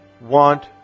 want